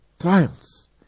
trials